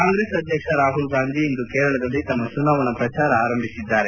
ಕಾಂಗ್ರೆಸ್ ಅಧ್ಯಕ್ಷ ರಾಪುಲ್ ಗಾಂಧಿ ಇಂದು ಕೇರಳದಲ್ಲಿ ತಮ್ಮ ಚುನಾವಣಾ ಪ್ರಚಾರವನ್ನು ಆರಂಭಿಸಿದ್ದಾರೆ